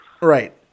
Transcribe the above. right